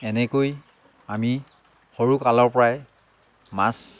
এনেকৈ আমি সৰুকালৰ পৰাই মাছ